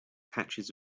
patches